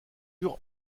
eurent